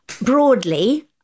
broadly